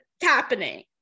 happening